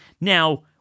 Now